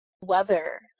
weather